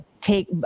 take